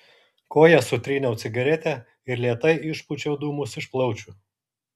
koja sutryniau cigaretę ir lėtai išpūčiau dūmus iš plaučių